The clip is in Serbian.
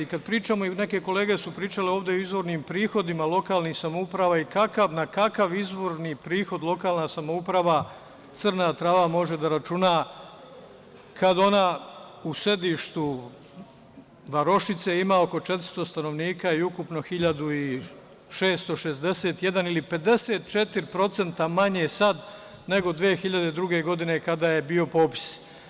Neke kolege su pričale ovde o izvornim prihodima lokalnih samouprava, na kakav izvorni prihod lokalna samouprava Crna Trava može da računa kada ona u sedištu varošice ima oko 400 stanovnika i ukupno 1.661 ili 54% manje nego 2002. godine kada je bio popis?